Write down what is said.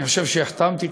אני חושב שהחתמתי